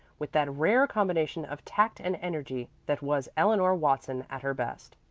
with that rare combination of tact and energy that was eleanor watson at her best.